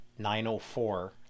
904